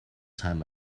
time